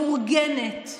מאורגנת,